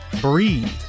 breathe